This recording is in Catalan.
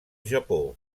japó